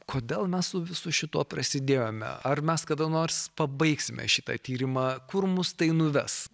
kodėl mes su visu šituo prasidėjome ar mes kada nors pabaigsime šitą tyrimą kur mus tai nuves